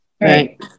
Right